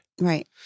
Right